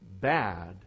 bad